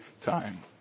time